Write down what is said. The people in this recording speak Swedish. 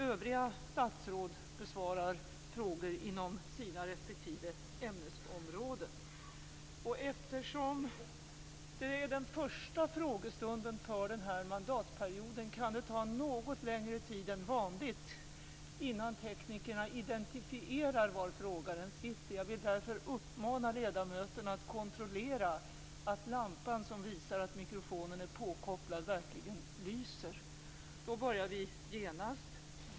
Övriga statsråd besvarar frågor inom sina respektive ämnesområden. Eftersom detta är den första frågestunden för den här mandatperioden kan det ta något längre tid än vanligt innan teknikerna identifierar var frågeställaren sitter. Jag vill därför uppmana ledamöterna att kontrollera att lampan som visar att mikrofonen är påkopplad verkligen lyser.